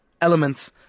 elements